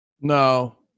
No